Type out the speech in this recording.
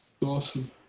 Awesome